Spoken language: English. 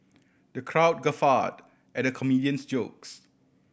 the crowd guffawed at the comedian's jokes